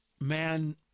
Man